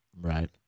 Right